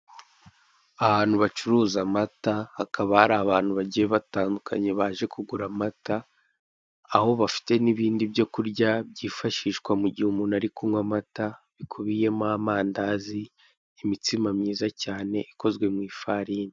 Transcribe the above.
Ahantu bacuruza amata hakaba hari abantu bagiye batandukanye baje kugura amata ,aho bafite n'ibindi byo kurya byifashishwa mu gihe umuntu ari kunywa amata bikubiyemo amandazi ,imitsima myiza cyane ikozwe mu ifarini.